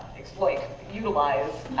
exploit, utilize,